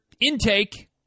intake